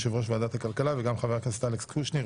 יו"ר ועדת הכלכלה וגם חבר הכנסת אלכס קושניר,